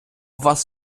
вас